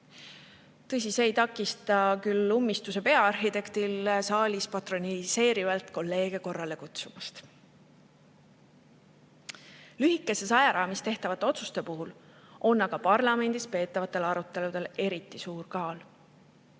Tõsi, see ei takista küll ummistuse peaarhitektil saalis patroniseerivalt kolleege korrale kutsumast. Lühikeses ajaraamis tehtavate otsuste puhul on aga parlamendis peetavatel aruteludel eriti suur kaal.